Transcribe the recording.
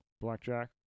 Blackjack